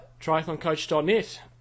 TriathlonCoach.net